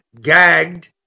gagged